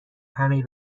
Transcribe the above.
همهی